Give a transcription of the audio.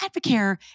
Advocare